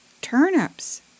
turnips